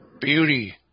beauty